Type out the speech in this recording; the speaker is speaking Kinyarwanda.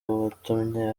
watumye